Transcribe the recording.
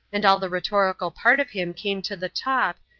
and all the rhetorical part of him came to the top,